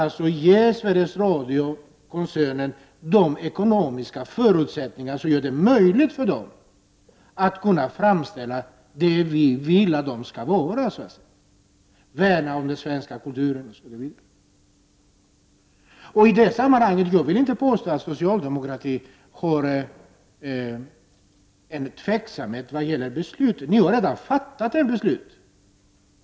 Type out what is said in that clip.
Därför måste Sveriges Radio-koncernen ges ekonomiska möjligheter att framställa det som vi önskar, värna om den svenska kulturen osv. Jag vill inte påstå att socialdemokratin kännetecknas av tveksamhet när det gäller beslutsfattandet. Socialdemokraterna har redan fattat beslut.